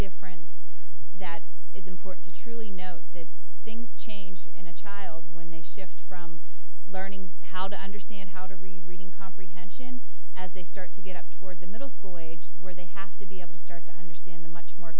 difference that is important to truly note that things change in a child when they shift from learning how to understand how to read reading comprehension as they start to get up toward the middle school age where they have to be able to start to understand the much more